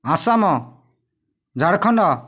Assam Jharkhand